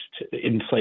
inflation